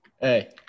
Hey